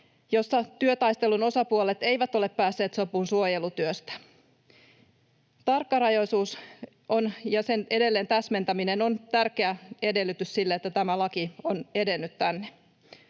jossa työtaistelun osapuolet eivät ole päässeet sopuun suojelutyöstä. Tarkkarajaisuus ja sen edelleen täsmentäminen on tärkeä edellytys sille, että tämä laki on edennyt tänne.